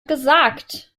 gesagt